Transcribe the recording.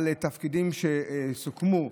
על תפקידים שסוכמו,